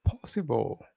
possible